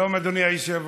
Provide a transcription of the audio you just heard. שלום, אדוני היושב-ראש.